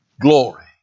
glory